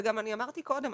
וגם אמרתי קודם,